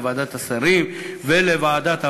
לוועדת השרים ולוועדת העבודה,